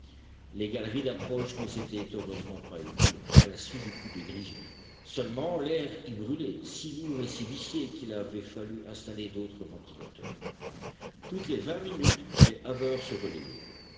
les galeries d'approche ne s'étaient heureusement pas éboulées à la suite du coup de grisou seulement l'air y brûlait si lourd et si vicié qu'il avait fallu installer d'autres ventilateurs toutes les vingt minutes les haveurs se